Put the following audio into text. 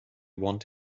want